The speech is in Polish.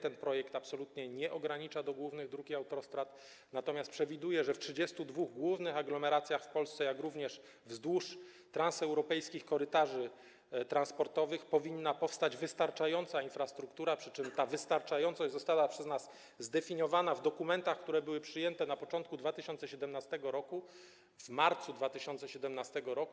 Ten projekt absolutnie nie ogranicza się do głównych dróg i autostrad, natomiast przewiduje, że w 32 głównych aglomeracjach w Polsce, jak również wzdłuż tras europejskich, korytarzy transportowych powinna powstać wystarczająca infrastruktura, przy czym ta wystarczającość została przez nas zdefiniowana w dokumentach, które były przyjęte na początku 2017 r., w marcu 2017 r.